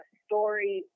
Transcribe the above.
story